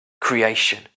creation